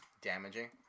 damaging